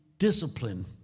discipline